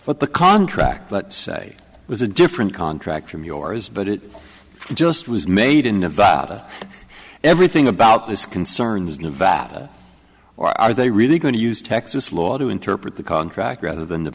but the contract but say it was a different contract from yours but it just was made in nevada everything about his concerns nevada or are they really going to use texas law to interpret the contract rather than the